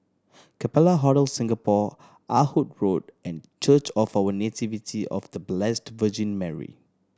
Capella Hotel Singapore Ah Hood Road and Church of a Nativity of The Blessed Virgin Mary